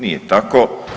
Nije tako.